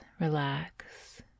relax